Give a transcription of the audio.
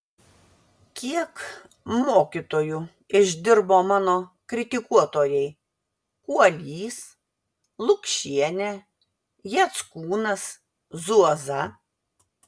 kiek mokytoju išdirbo mano kritikuotojai kuolys lukšienė jackūnas zuoza